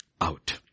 out